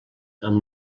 amb